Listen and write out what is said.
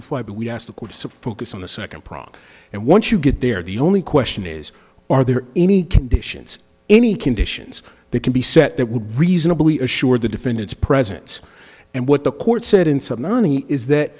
flight but we asked of course to focus on the second problem and once you get there the only question is are there any conditions any conditions that can be set that would reasonably assured the defendant's presence and what the court said in some money is that